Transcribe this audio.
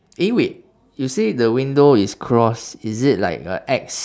eh wait you say the window is cross is it like a X